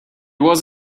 was